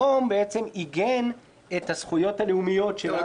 שעיגן את הזכויות הלאומיות של העם היהודי.